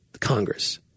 Congress